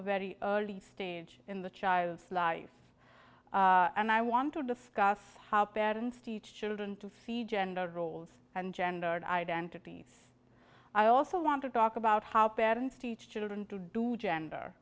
a very early stage in the child's life and i want to discuss how bad and teach children to feed gender roles and gender and identity i also want to talk about how parents teach children to do gender